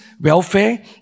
welfare